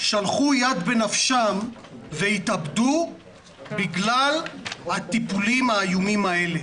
שלחו יד בנפשם והתאבדו בגלל הטיפולים האיומים האלה.